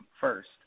first